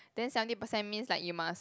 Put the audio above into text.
then seventy percent means like you must